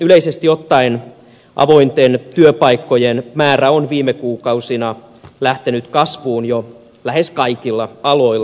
yleisesti ottaen avointen työpaikkojen määrä on viime kuukausina lähtenyt kasvuun jo lähes kaikilla aloilla